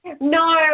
No